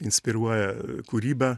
inspiruoja kūrybą